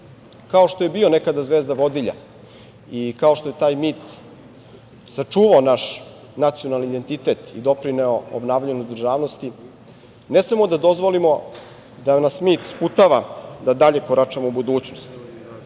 Kao što je bio nekada zvezda vodilja i kao što je taj mit sačuvao naš nacionalni identitet i doprineo obnavljanju državnosti, ne smemo da dozvolimo da nas mit sputava da dalje koračamo u budućnost,